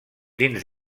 dins